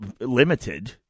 limited